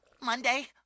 Monday